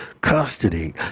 custody